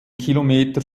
kilometer